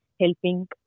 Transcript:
helping